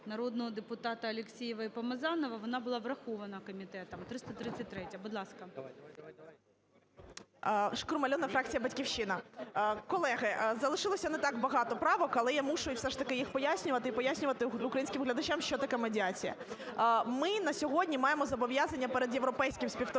народних депутатів Алексєєва і Помазанова, вона була врахована комітетом, 333-я. Будь ласка. 10:23:21 ШКРУМ А.І. ШкрумАльона, фракція "Батьківщина". Колеги, залишилося не так багато правок, але я мушу їх все ж таки пояснювати і пояснювати українським глядачам, що таке "медіація". Ми на сьогодні маємо зобов'язання перед європейським співтовариством,